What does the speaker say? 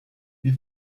wir